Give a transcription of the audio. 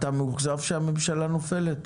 אתה מאוכזב שהממשלה נופלת?